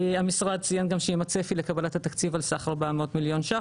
המשרד ציין גם שעם הצפי לקבלת התקציב על סך 400 מיליון שקלים,